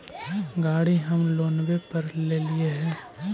गाड़ी हम लोनवे पर लेलिऐ हे?